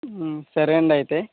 ఊ సరే అండి అయితే